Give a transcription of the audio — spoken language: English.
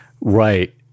right